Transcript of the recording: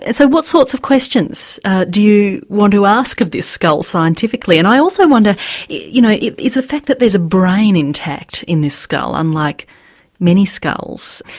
and so what sorts of questions do you want to ask of this skull scientifically and i also wonder you know is it the fact that there's a brain intact in this skull unlike many skulls,